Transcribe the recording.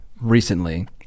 recently